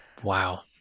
Wow